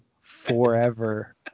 forever